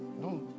No